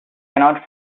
cannot